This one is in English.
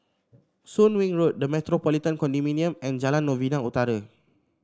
Soon Wing Road The Metropolitan Condominium and Jalan Novena Utara